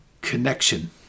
connection